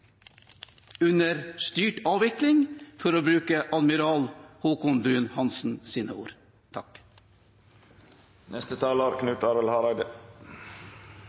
under «styrt avvikling», for å bruke admiral Haakon Bruun-Hanssens ord.